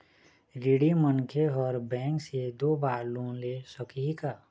ऋणी मनखे हर बैंक से दो बार लोन ले सकही का?